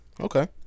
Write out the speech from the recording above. Okay